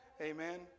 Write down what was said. Amen